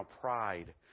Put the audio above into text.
pride